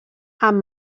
amb